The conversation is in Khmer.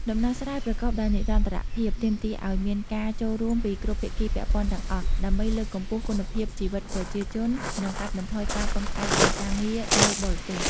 ដំណោះស្រាយប្រកបដោយនិរន្តរភាពទាមទារឱ្យមានការចូលរួមពីគ្រប់ភាគីពាក់ព័ន្ធទាំងអស់ ដើម្បីលើកកម្ពស់គុណភាពជីវិតប្រជាជននិងកាត់បន្ថយការពឹងផ្អែកលើការងារនៅបរទេស។